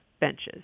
benches